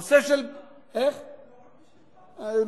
לא רק בשבילך.